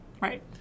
Right